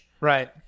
Right